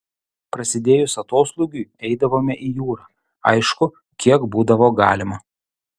prasidėjus atoslūgiui eidavome į jūrą aišku kiek būdavo galima